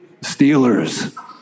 Steelers